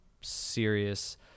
serious